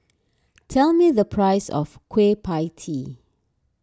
tell me the price of Kueh Pie Tee